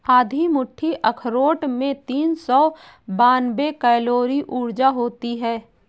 आधी मुट्ठी अखरोट में तीन सौ बानवे कैलोरी ऊर्जा होती हैं